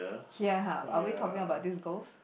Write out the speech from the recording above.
here ah are we talking about this ghost